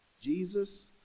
Jesus